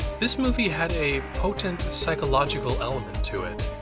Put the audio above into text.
this movie had a potent psychological element to it.